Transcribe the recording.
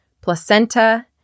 placenta